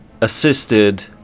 assisted